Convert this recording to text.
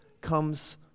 comes